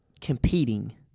competing